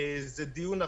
זה דיון אחר.